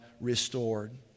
restored